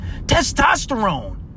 Testosterone